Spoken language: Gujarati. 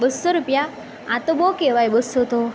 બસો રૂપિયા આ તો બહુ કવેવાય બસો તો